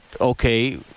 okay